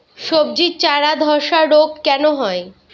সবজির চারা ধ্বসা রোগ কেন হয়?